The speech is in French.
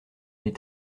est